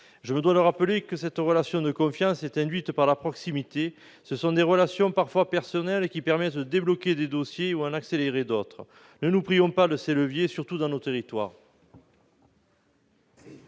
: ce sont des institutions ! La relation de confiance qui existe est induite par la proximité : ce sont des relations parfois personnelles qui permettent de débloquer des dossiers ou d'en accélérer d'autres. Ne nous privons pas de ces leviers, surtout dans nos territoires